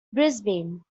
brisbane